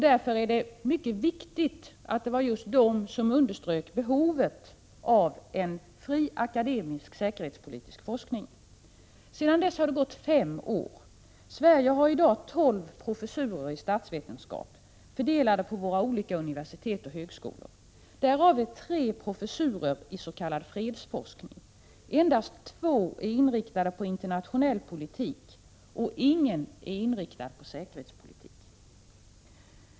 Därför är det mycket viktigt att det var just dessa institutioner som underströk behovet av en fri akademisk säkerhetspolitisk forskning. Sedan dess har det gått fem år. Sverige har i dag tolv professurer i statsvetenskap fördelade på våra olika universitet och högskolor. Därav är tre professurer is.k. fredsforskning. Endast två är inriktade på internationell politik, och ingen är inriktad på säkerhetspolitik.